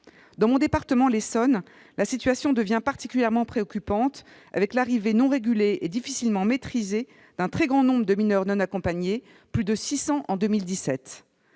Dans mon département, l'Essonne, la situation devient particulièrement préoccupante, avec l'arrivée non régulée et difficilement maîtrisée d'un très grand nombre de mineurs non accompagnés, plus de 600 en 2017.